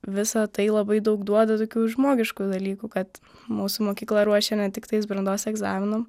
visa tai labai daug duoda tokių žmogiškų dalykų kad mūsų mokykla ruošia ne tiktais brandos egzaminam